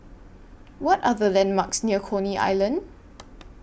What Are The landmarks near Coney Island